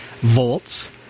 volts